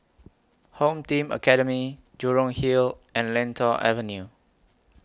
Home Team Academy Jurong Hill and Lentor Avenue